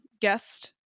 guest